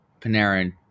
Panarin